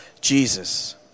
Jesus